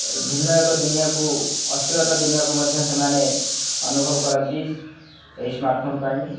ଭିନ୍ନ ଏକ ଦୁନିଆକୁ ଅଶ୍ଳୀଳତା ଦୁନିଆକୁ ମଧ୍ୟ ସେମାନେ ଅନୁଭବ କରନ୍ତି ଏହି ସ୍ମାର୍ଟଫୋନ୍ ପାଇଁ